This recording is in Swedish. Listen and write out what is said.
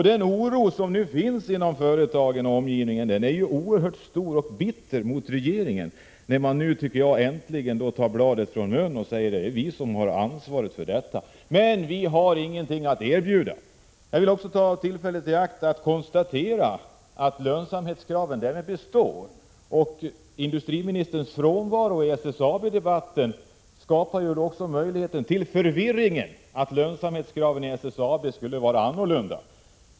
Den oro som nu finns inom företagen och i omgivningen är oerhört stor. Man är bitter mot regeringen, när den nu äntligen, som jag tycker, tar bladet från munnen och säger: Det är vi som har ansvaret för detta — men vi har ingenting att erbjuda! Jag vill också ta tillfället i akt att konstatera att lönsamhetskraven består. Industriministerns frånvaro i SSAB-debatten bidrar också till osäkerheten om huruvida lönsamhetskraven i SSAB skulle vara annorlunda.